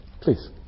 Please